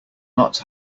not